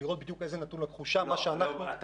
ולראות בדיוק איזה נתון זה לקחו שם --- אתה אומר